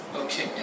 okay